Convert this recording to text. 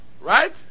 Right